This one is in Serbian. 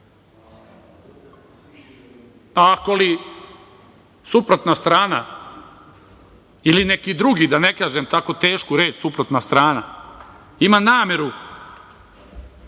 Ako li suprotna strana ili neki drugi, da ne kažem tako tešku reč, suprotna strana ima nameru